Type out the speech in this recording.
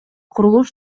курулуш